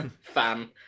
fan